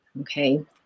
okay